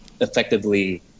effectively